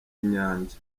nyanja